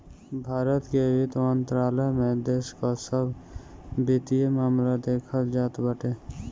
भारत के वित्त मंत्रालय में देश कअ सब वित्तीय मामला देखल जात बाटे